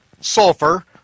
sulfur